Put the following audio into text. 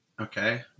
Okay